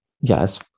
yes